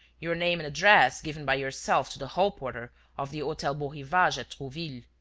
your name and address given by yourself to the hall-porter of the hotel beaurivage at trouville.